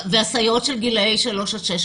הסייעות של גילי שלוש עד שש,